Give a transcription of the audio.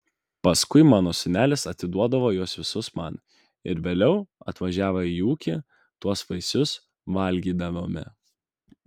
paskui mano sūnelis atiduodavo juos visus man ir vėliau atvažiavę į ūkį tuos vaisius valgydavome